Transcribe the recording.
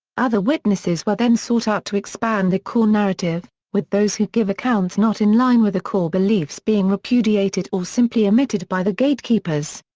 other witnesses were then sought out to expand the core narrative, with those who give accounts not in line with the core beliefs being repudiated or simply omitted by the gatekeepers.